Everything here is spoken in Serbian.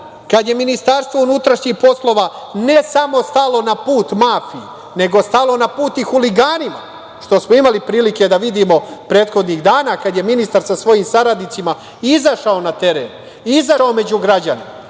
sada kad je MUP ne samo stalo na put mafiji, nego stalo na put i huliganima što smo imali prilike da vidimo prethodnih dana kad je ministar sa svojim saradnicima izašao na teren, izašao među građane